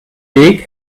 weg